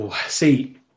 See